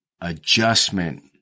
adjustment